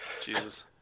Jesus